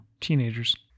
teenagers